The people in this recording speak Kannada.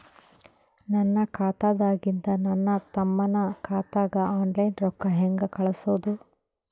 ನನ್ನ ಖಾತಾದಾಗಿಂದ ನನ್ನ ತಮ್ಮನ ಖಾತಾಗ ಆನ್ಲೈನ್ ರೊಕ್ಕ ಹೇಂಗ ಕಳಸೋದು?